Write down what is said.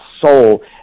soul